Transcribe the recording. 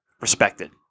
respected